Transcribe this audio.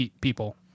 people